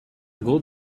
good